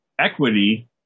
equity